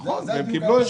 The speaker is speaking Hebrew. נכון, הם קיבלו את זה.